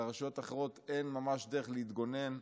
לרשויות אחרות אין ממש איך להתגונן,